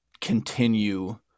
continue